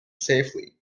safely